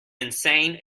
insane